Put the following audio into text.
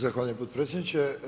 Zahvaljujem potpredsjedniče.